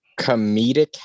Comedic